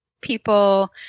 people